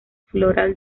floral